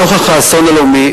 נוכח האסון הלאומי,